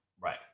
Right